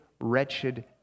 wretched